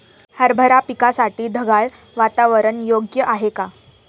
हरभरा पिकासाठी ढगाळ वातावरण योग्य आहे का?